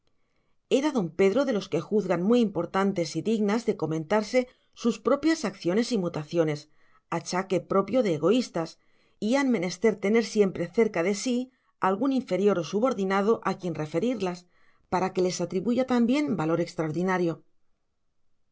era don pedro de los que juzgan muy importantes y dignas de comentarse sus propias acciones y mutaciones achaque propio de egoístas y han menester tener siempre cerca de sí algún inferior o subordinado a quien referirlas para que les atribuya también valor extraordinario